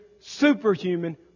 superhuman